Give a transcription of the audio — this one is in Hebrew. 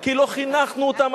כי לא חינכנו אותם,